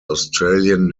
australian